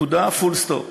נקודה, סוף.